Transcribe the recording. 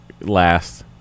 last